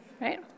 Right